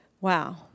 Wow